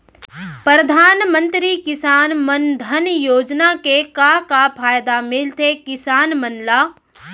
परधानमंतरी किसान मन धन योजना के का का फायदा मिलथे किसान मन ला?